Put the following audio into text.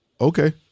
okay